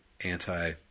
anti